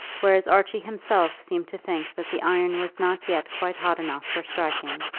whereas archie himself seemed to think that the iron was not yet quite hot enough for striking.